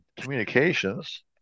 communications